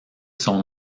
son